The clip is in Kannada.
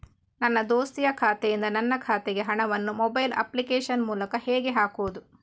ನನ್ನ ದೋಸ್ತಿಯ ಖಾತೆಯಿಂದ ನನ್ನ ಖಾತೆಗೆ ಹಣವನ್ನು ಮೊಬೈಲ್ ಅಪ್ಲಿಕೇಶನ್ ಮೂಲಕ ಹೇಗೆ ಹಾಕುವುದು?